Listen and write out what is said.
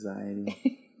anxiety